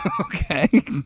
Okay